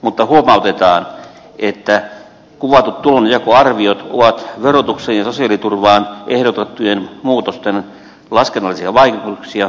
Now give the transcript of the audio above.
mutta huomautetaan että kuvatut tulonjakoarviot ovat verotukseen ja sosiaaliturvaan ehdotettujen muutosten laskennallisia vaikutuksia